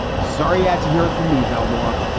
sorry yeah to hear from me, bellmore.